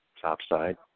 topside